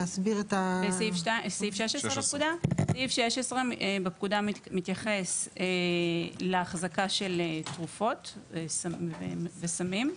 סעיף 16 בפקודה מתייחס להחזקה של תרופות וסמים.